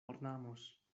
ornamos